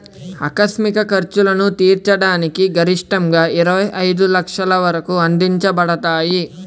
ఆకస్మిక ఖర్చులను తీర్చడానికి గరిష్టంగాఇరవై ఐదు లక్షల వరకు అందించబడతాయి